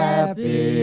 Happy